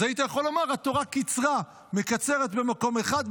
אז היית יכול לומר: התורה קיצרה, מקצרת במקום אחד.